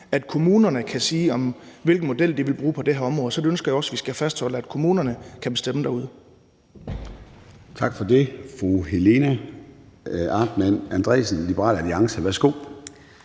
at kommunerne kan sige, hvilken model de vil bruge på det her område, så det ønsker jeg også vi skal fastholde, altså at kommunerne kan bestemme derude. Kl. 17:49 Formanden (Søren Gade): Tak for det. Fru Helena Artmann Andresen, Liberal Alliance, værsgo.